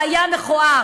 זה היה מכוער.